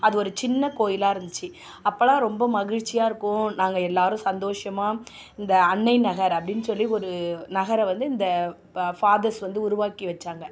அது ஒரு சின்ன கோவிலா இருந்துச்சு அப்போல்லாம் ரொம்ப மகிழ்ச்சியாக இருக்கும் நாங்கள் எல்லோரும் சந்தோஷமாக இந்த அன்னை நகர் அப்படினு சொல்லி ஒரு நகரை வந்து இந்த ஃபாதர்ஸ் வந்து உருவாக்கி வைச்சாங்க